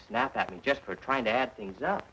snap at me just for trying to add things up